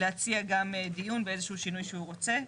להציע גם דיון באיזה שינוי שהוא רוצה.